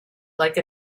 like